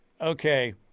okay